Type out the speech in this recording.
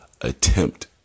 attempt